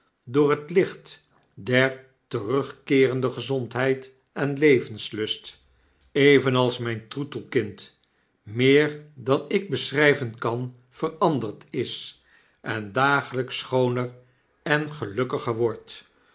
door het licht der terugkeerende gezondheid en levenslust evenals myn troetelkind meer dan ik beschrijven kan veranderd is en dagelijks schooner en gelukkiger wordt